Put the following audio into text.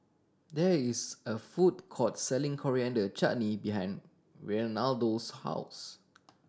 there is a food court selling Coriander Chutney behind Reinaldo's house